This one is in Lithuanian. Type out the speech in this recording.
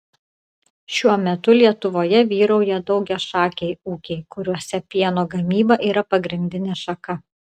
šiuo metu lietuvoje vyrauja daugiašakiai ūkiai kuriuose pieno gamyba yra pagrindinė šaka